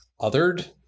othered